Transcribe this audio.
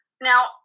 now